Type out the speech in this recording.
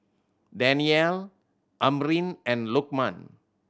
Danial Amrin and Lokman